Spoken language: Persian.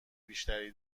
بیشتری